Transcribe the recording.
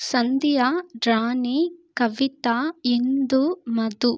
Sandhya Rani Kavitha Indu Madhu